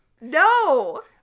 no